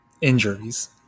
Injuries